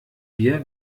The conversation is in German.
wir